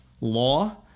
law